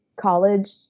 college